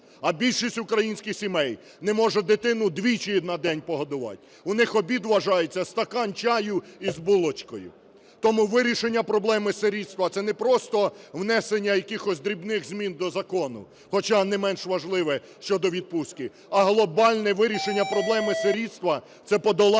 а більшість українських сімей не може дитину двічі на день погодувати, у них обід вважається стакан чаю з булочкою. Тому вирішення проблеми сирітства - це не просто внесення якихось дрібних змін до закону, хоча не менш важливе щодо відпустки, а глобальне вирішення проблеми сирітства – це подолання